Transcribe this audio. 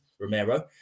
Romero